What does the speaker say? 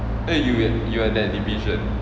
eh you get you are that division